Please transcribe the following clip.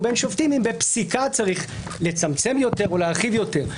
בין שופטים אם בפסיקה צריך לצמצם יותר או להרחיב יותר,